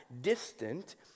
distant